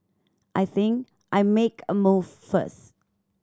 I think I make a move first